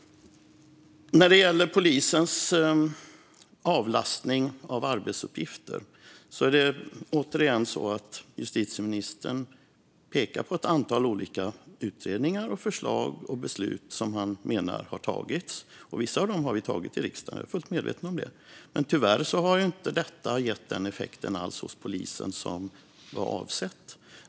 När det gäller avlastning av polisens arbetsuppgifter pekar justitieministern återigen på ett antal olika utredningar, förslag och beslut som han menar har tagits. Vissa av dem har vi tagit i riksdagen - jag är fullt medveten om det. Men tyvärr har detta inte alls gett den avsedda effekten hos polisen.